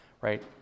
Right